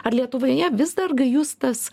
ar lietuvoje vis dar gajus tas